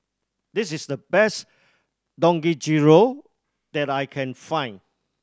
this is the best Dangojiru that I can find